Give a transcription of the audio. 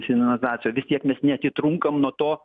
finalizacija vis tiek mes neatitrunkam nuo to